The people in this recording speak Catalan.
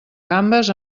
gambes